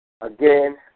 Again